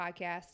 podcast